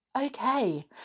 Okay